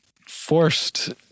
forced